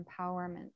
empowerment